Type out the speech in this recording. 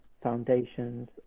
foundations